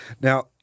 now—